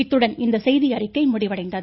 இத்துடன் இந்த செய்தியறிக்கை முடிவடைந்தது